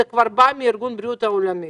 זה כבר בא מארגון הבריאות העולמי.